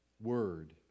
word